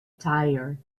tire